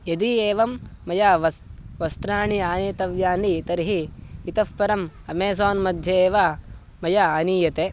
यदि एवं मया वस् वस्त्राणि आनेतव्यानि तर्हि इतः परम् अमेज़ान् मध्ये एव मया आनीयते